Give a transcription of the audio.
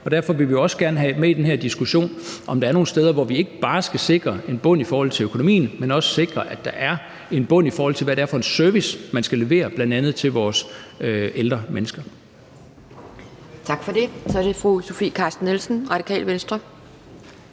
Derfor vil vi også gerne have det med i den her diskussion om, hvorvidt der er nogle steder, hvor vi ikke bare skal sikre en bund i forhold til økonomien, men også skal sikre, at der er en bund, i forhold til hvad det er for en service, man skal levere til bl.a. vores ældre mennesker. Kl. 11:11 Anden næstformand (Pia Kjærsgaard): Tak for det. Så er det fru Sofie Carsten Nielsen, Radikale Venstre.